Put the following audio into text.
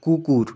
কুকুর